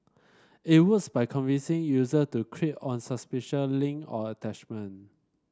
it works by convincing user to click on suspicious link or attachment